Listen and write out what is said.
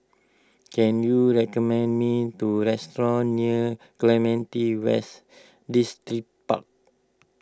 can you recommend me to restaurant near Clementi West Distripark